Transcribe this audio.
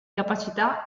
capacità